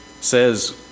says